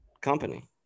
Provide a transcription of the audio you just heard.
company